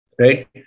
right